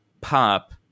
Pop